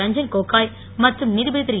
ரஞ்சன் கோகாய் மற்றும் நீதிபதி திரு